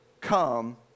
come